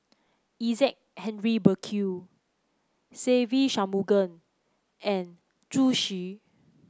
Isaac Henry Burkill Se Ve Shanmugam and Zhu Xu